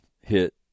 hit